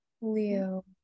Leo